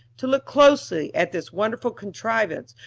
to look closely at this wonderful contrivance,